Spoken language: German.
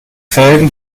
felgen